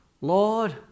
Lord